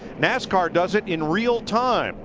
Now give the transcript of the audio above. nascar does it in realtime.